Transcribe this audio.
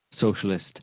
socialist